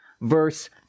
verse